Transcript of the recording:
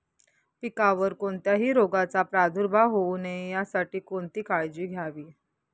पिकावर कोणत्याही रोगाचा प्रादुर्भाव होऊ नये यासाठी कोणती काळजी घ्यावी?